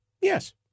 yes